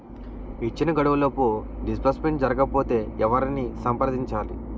ఇచ్చిన గడువులోపు డిస్బర్స్మెంట్ జరగకపోతే ఎవరిని సంప్రదించాలి?